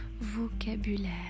vocabulaire